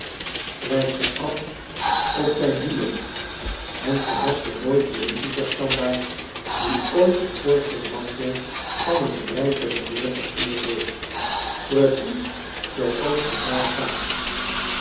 strijk ze af op zijn hielen en ge hebt den mooisten luciferstandaard die ooit den schoorsteenmantel van een rijken mijnheer versierd heeft precies zooals hij daar staat